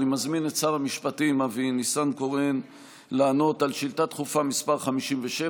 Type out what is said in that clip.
אני מזמין את שר המשפטים אבי ניסנקורן לענות על שאילתה דחופה מס' 57,